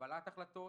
בקבלת ההחלטות,